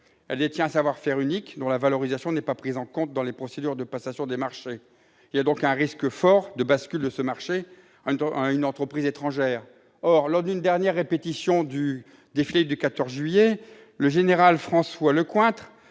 Elle détient un savoir-faire unique dont la valorisation n'est pas prise en compte dans les procédures de passation des marchés. Il existe donc un risque fort de bascule de ce marché vers une entreprise étrangère. Lors d'une dernière répétition du défilé du 14 Juillet, le général François Lecointre